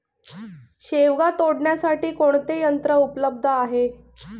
शेवगा तोडण्यासाठी कोणते यंत्र उपलब्ध आहे?